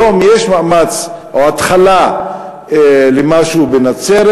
היום יש מאמץ או התחלה למשהו בנצרת.